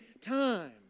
time